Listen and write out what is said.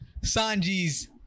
Sanji's